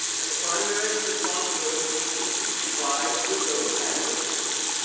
and the primary responsibility for keeping secrets lies with those who have those secrets.